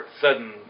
sudden